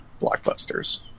blockbusters